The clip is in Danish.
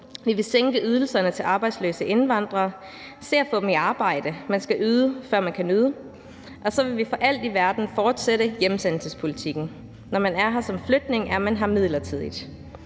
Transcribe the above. vi vil sænke ydelserne til arbejdsløse indvandrere og se at få dem i arbejde – man skal yde, før man kan nyde – og så vil vi for alt i verden fortsætte hjemsendelsespolitikken. Når man er her som flygtning, er man her midlertidigt.